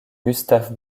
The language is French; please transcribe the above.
gustave